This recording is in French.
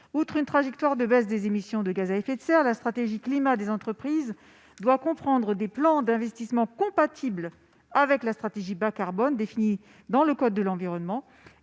Outre une trajectoire de baisse des émissions de gaz à effet de serre, la stratégie climat des entreprises doit comprendre des plans d'investissement compatibles avec la stratégie bas-carbone définie dans le code de l'environnement